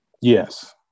Yes